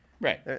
right